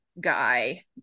guy